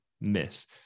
miss